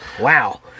Wow